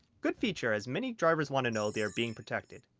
good feature as many drivers want to know they're being protected.